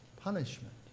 punishment